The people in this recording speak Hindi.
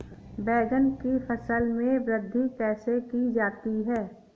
बैंगन की फसल में वृद्धि कैसे की जाती है?